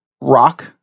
rock